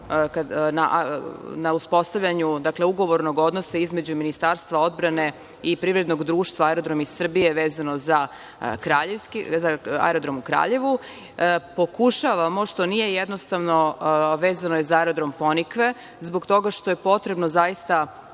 na uspostavljanju ugovornog odnosa između Ministarstva odbrane i Privrednog društva aerodromi Srbije, vezano za aerodrom u Kraljevu. Pokušavamo, što nije jednostavno, vezano je za aerodrom „Ponikve“, zbog toga što je potrebno zaista